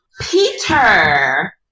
Peter